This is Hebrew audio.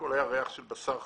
ריח של בשר חרוך.